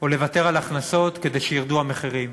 או לוותר על הכנסות כדי שירדו המחירים.